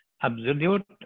absolute